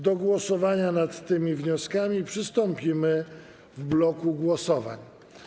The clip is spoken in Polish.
Do głosowania nad tymi wnioskami przystąpimy w bloku głosowań.